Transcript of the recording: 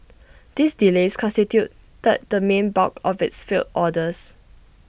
these delays constituted the main bulk of its failed orders